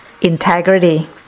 Integrity